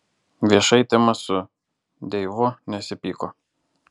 viešai timas su deivu nesipyko